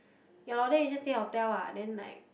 ya lor then we just stay hotel ah then like